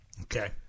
Okay